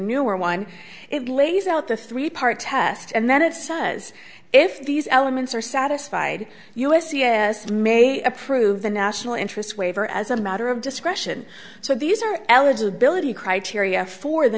newer one it lays out the three part test and then its size if these elements are satisfied u s c s may approve the national interest waiver as a matter of discretion so these are eligibility criteria for the